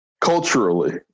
Culturally